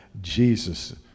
Jesus